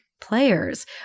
players